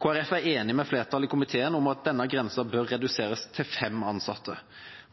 er enig med flertallet i komiteen i at denne grensen bør reduseres til fem ansatte.